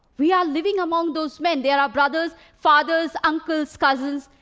we are living among those men they're our brothers, fathers, uncles, cousins,